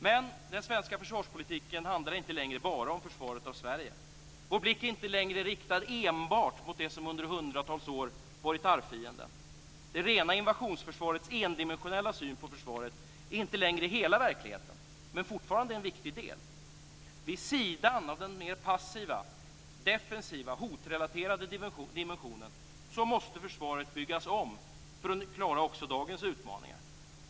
Men den svenska försvarspolitiken handlar inte längre bara om försvaret av Sverige. Vår blick är inte längre riktad enbart mot det som under hundratals år varit arvfienden. Det rena invasionsförsvarets endimensionella syn på försvaret är inte längre hela verkligheten men fortfarande en viktig del. Vid sidan av den mer passiva, defensiva, hotrelaterade dimensionen måste försvaret byggas om för att klara också dagens utmaningar.